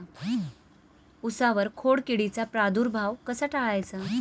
उसावर खोडकिडीचा प्रादुर्भाव कसा टाळायचा?